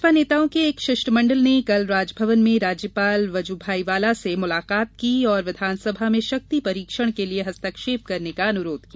भाजपा नेताओं के एक शिष्टमंडल ने कल राजभवन में राज्यपाल वजुभाई वाला से मुलाकात की और विधानसभा में शक्ति परीक्षण के लिए हस्तक्षेप करने का अनुरोध किया